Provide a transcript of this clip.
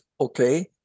okay